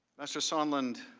mr. sondland,